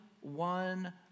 one